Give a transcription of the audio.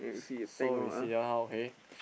s~ so you see ah okay